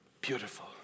Beautiful